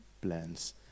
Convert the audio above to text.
plans